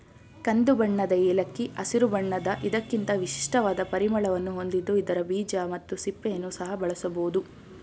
ಕಂದುಬಣ್ಣದ ಏಲಕ್ಕಿ ಹಸಿರು ಬಣ್ಣದ ಇದಕ್ಕಿಂತ ವಿಶಿಷ್ಟವಾದ ಪರಿಮಳವನ್ನು ಹೊಂದಿದ್ದು ಇದರ ಬೀಜ ಮತ್ತು ಸಿಪ್ಪೆಯನ್ನು ಸಹ ಬಳಸಬೋದು